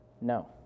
No